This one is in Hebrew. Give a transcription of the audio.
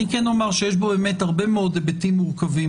אני כן אומר שיש בו הרבה מאוד היבטים מורכבים,